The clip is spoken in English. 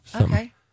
Okay